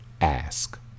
ask